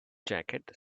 jacket